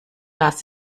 das